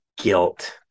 guilt